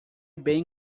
bem